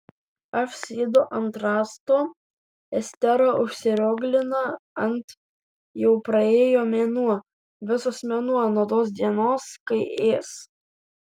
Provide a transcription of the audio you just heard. aš sėdu ant rąsto estera užsirioglina ant jau praėjo mėnuo visas mėnuo nuo tos dienos kai ės